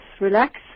Relax